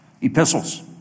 epistles